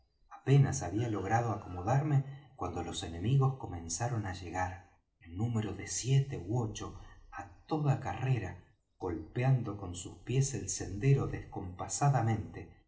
apenas había logrado acomodarme cuando los enemigos comenzaron á llegar en número de siete ú ocho á toda carrera golpeando con sus pies el sendero